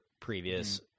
previous